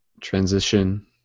transition